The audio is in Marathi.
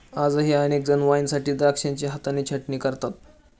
आजही अनेक जण वाईनसाठी द्राक्षांची हाताने छाटणी करतात